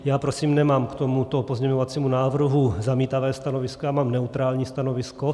Já prosím nemám k tomuto pozměňovacímu návrhu zamítavé stanovisko, já mám neutrální stanovisko.